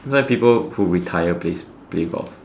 that's why people who retire plays play golf